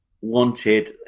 wanted